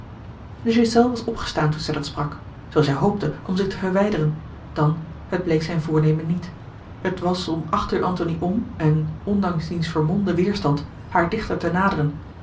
de ghiselles was opgestaan toen zij dat sprak zoo zij hoopte om zich te verwijderen dan het bleek zijn voornemen niet het was om achter antony om en ondanks diens vermomden weêrstand haar dichter te naderen